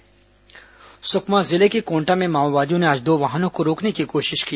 माओवादी वाहन रोका सुकमा जिले के कोंटा में माओवादियों ने आज दो वाहनों को रोकने की कोशिश की